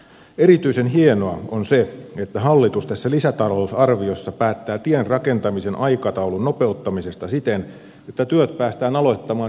erityisen hienoa on se että hallitus tässä lisätalousarviossa päättää tien rakentamisen aikataulun nopeuttamisesta siten että työt päästään aloittamaan jo tämän vuoden puolella